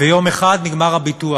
ויום אחד נגמר הביטוח.